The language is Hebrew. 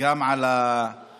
גם על ההתקהלות